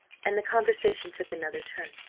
and the conversation took another turn.